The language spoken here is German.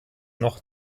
noch